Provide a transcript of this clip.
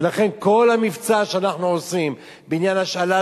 ולכן כל המבצע שאנחנו עושים בעניין השאלת